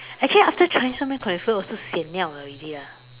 actually after Chinese food cholesterol also sian liao already ah